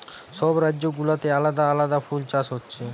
সব রাজ্য গুলাতে আলাদা আলাদা ফুল চাষ হচ্ছে